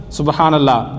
Subhanallah